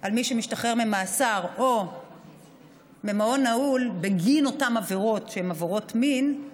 על מי שמשתחרר ממאסר או ממעון נעול בגין אותן עבירות שהן עבירות מין,